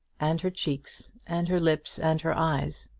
and her cheeks, and her lips, and her eyes.